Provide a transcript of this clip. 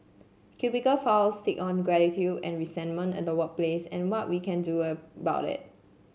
cubicle files sit on gratitude and resentment and the workplace and what we can do about it